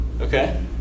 Okay